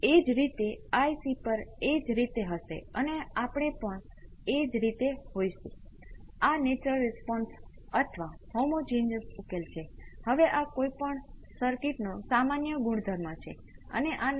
જે રીતે હું એક બાબત પર ભાર આપતો નથી તે એ છે કે આપણી પાસે હંમેશા આ સ્ટેડિ સ્ટેટ રિસ્પોન્સ અને નેચરલ રિસ્પોન્સ હોય છે અને આપણે જાણીએ છીએ કે રેખીય સર્કિટ સુપર પોઝિશનનું પાલન કરે છે પરંતુ આ કિસ્સામાં આપણે થોડી સાવચેતી રાખવી પડશે